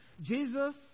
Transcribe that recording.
Jesus